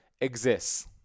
exists